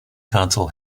console